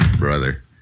Brother